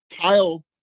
Kyle